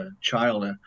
child